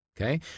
Okay